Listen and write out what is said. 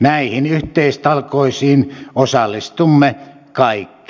näihin yhteistalkoisiin osallistumme kaikki